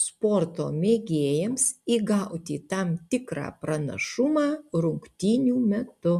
sporto mėgėjams įgauti tam tikrą pranašumą rungtynių metu